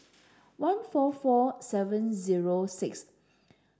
one four four seven zero six